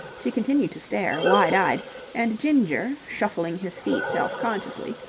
she continued to stare, wide-eyed, and ginger, shuffling his feet self-consciously,